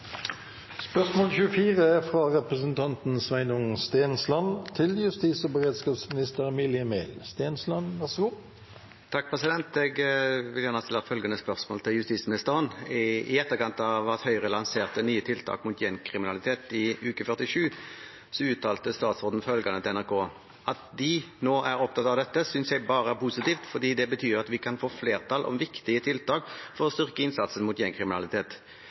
Jeg vil gjerne stille følgende spørsmål til justisministeren: «I etterkant av Høyres lansering av nye tiltak mot gjengkriminalitet i uke 47, uttalte statsråden følgende til NRK: "at de nå er opptatt av dette, synes jeg bare er positivt, fordi det betyr jo at vi kan få flertall om viktige tiltak for å styrke innsatsen mot gjengkriminalitet."